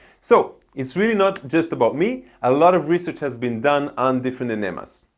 so it's really not just about me. a lot of research has been done on different enemas.